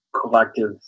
collective